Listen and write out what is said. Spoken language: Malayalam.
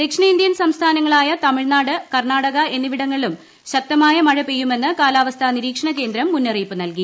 ദക്ഷിണേന്ത്യൻ സംസ്ഥാനങ്ങളായ തമിഴ്നാട് കർണ്ണാടക എന്നിവിടങ്ങളിലും ശക്തമായ മഴ പെയ്യുമെന്ന് കാലാവസ്ഥാ നിരീക്ഷണകേന്ദ്രം മുന്നറിയിപ്പ് നൽകി